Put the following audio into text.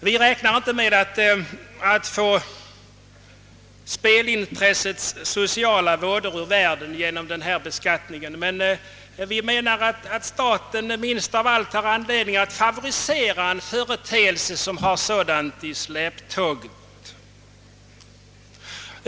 Vi räknar inte med att få spelintressets sociala vådor ur världen genom denna beskattning, men vi menar att staten minst av allt har anledning att favorisera en företeelse, som har sådant i släptåg.